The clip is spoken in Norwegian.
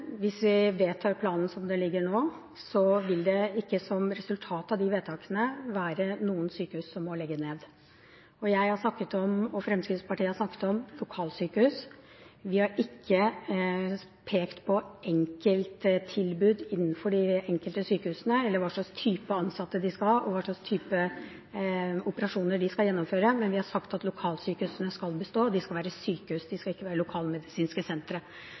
hvis vi vedtar planen slik den nå foreligger, vil det som resultat av de vedtakene ikke være noen sykehus som må legges ned. Jeg – og Fremskrittspartiet – har snakket om lokalsykehus. Vi har ikke pekt på enkelttilbud innenfor de enkelte sykehusene, hva slags type ansatte de skal ha, eller hva slags type operasjoner de skal gjennomføre, men vi har sagt at lokalsykehusene skal bestå. De skal være sykehus, de skal ikke være lokalmedisinske sentre.